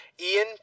Ian